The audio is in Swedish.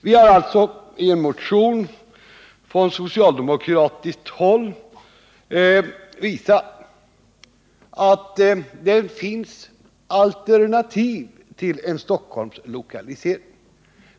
Vi har i en motion från socialdemokratiskt håll visat, att det finns alternativ till en Stockholmslokalisering.